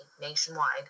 nationwide